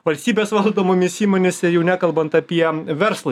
valstybės valdomomis įmonėse jau nekalbant apie verslo